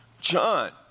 John